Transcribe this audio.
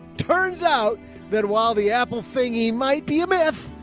turns out that while the apple thingy might be a myth,